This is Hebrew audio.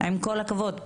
עם כל הכבוד.